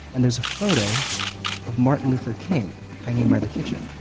and there's a photo of martin luther king hanging by the kitchen.